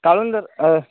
काळुंदर हय